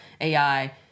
AI